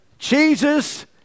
Jesus